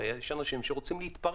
הרי יש אנשים שרוצים להתפרק,